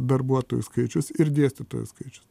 darbuotojų skaičius ir dėstytojų skaičius